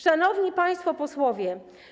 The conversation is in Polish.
Szanowni Państwo Posłowie!